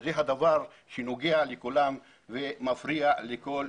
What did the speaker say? וזה הדבר שנוגע לכולם ומפריע לכל